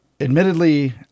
admittedly